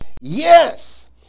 Yes